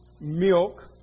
milk